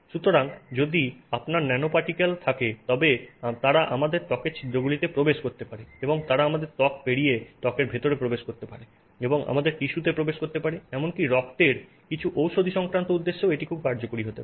সুতরাং যদি আপনার ন্যানোপার্টিকেল থাকে তবে তারা আমাদের ত্বকের ছিদ্রগুলিতে প্রবেশ করতে পারে এবং তারা আমাদের ত্বক পেরিয়ে ত্বকের ভিতরে প্রবেশ করতে পারে এবং আমাদের টিস্যুতে প্রবেশ করতে পারে এবং এমনকি রক্তের কিছু ঔষধি সংক্রান্ত উদ্দেশ্যেও এটি খুব কার্যকরী হতে পারে